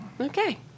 okay